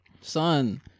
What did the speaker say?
Son